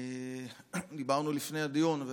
דיברנו לפני הדיון,